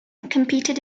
competed